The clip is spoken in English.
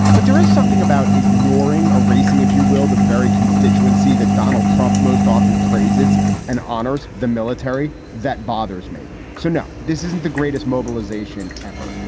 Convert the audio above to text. but there is something about ignoring a racing, if you will, the very constituency that donald trump most often praises and honors the military. that bothers me. so, no, this isn't the greatest mobilization ever.